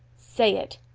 say it!